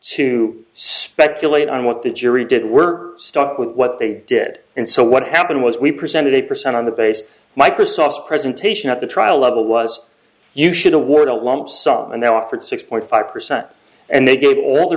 to speculate on what the jury did we're stuck with what they did and so what happened was we presented a percent on the base microsoft's presentation at the trial level was you should award a lump sum and they offered six point five percent and they gave all the